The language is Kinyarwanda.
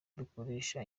dukoresha